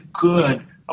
good